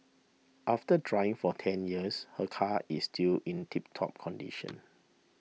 after driving for ten years her car is still in tiptop condition